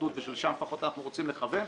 אחדות ולשם לפחות אנחנו רוצים לכוון.